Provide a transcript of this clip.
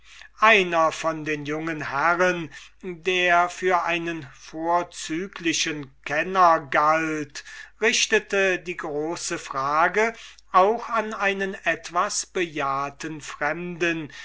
einer von den jungen herren der für einen vorzüglichen kenner passierte richtete die große frage auch an einen etwas bejahrten fremden